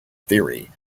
theory